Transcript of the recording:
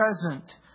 present